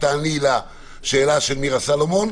לשאלה של מירה סלומון,